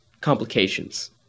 complications